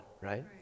right